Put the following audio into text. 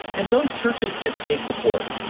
and those churches get state support.